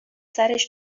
سرش